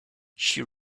she